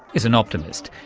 is an optimist.